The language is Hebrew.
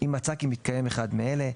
אם מצאה כי מתקיים אחד מאלה: